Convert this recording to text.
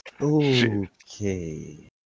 Okay